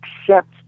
accept